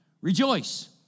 Rejoice